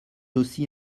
aussi